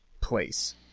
place